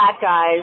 guys